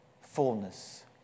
fullness